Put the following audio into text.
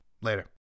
Later